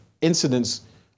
incidents